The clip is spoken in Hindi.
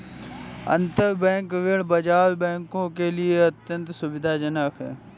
अंतरबैंक ऋण बाजार बैंकों के लिए अत्यंत सुविधाजनक है